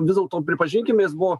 vis dėlto pripažinkim jis buvo